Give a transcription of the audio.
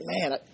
man